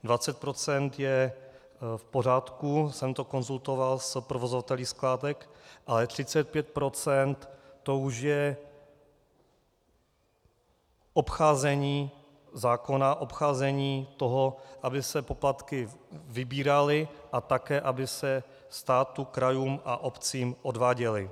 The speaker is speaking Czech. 20 % je v pořádku, konzultoval jsem to s provozovateli skládek, ale 35 %, to už je obcházení zákona, obcházení toho, aby se poplatky vybíraly a také aby se státu, krajům a obcím odváděly.